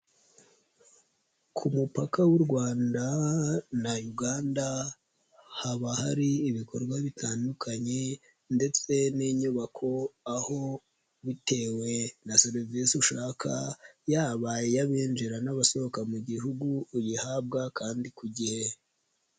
Ku mupaka w'u Rwanda na Uganda haba hari ibikorwa bitandukanye ndetse n'inyubako aho bitewe na serivisi ushaka yaba iy'binjira n'abasohoka mu Gihugu uyihabwa kandi ku gihe.